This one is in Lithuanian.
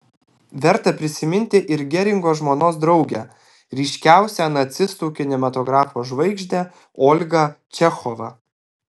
verta prisiminti ir geringo žmonos draugę ryškiausią nacistų kinematografo žvaigždę olgą čechovą